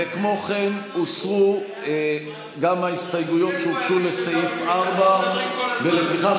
וכמו כן הוסרו גם ההסתייגויות שהוגשו לסעיף 4. לפיכך,